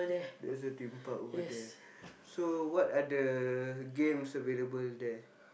there's a Theme Park over there so what are the games available there